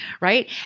right